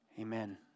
Amen